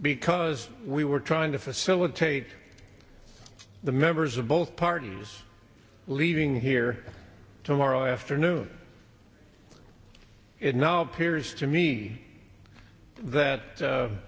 because we were trying to facilitate the members of both parties leaving here tomorrow afternoon it now appears to me that